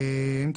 כן.